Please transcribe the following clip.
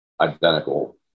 identical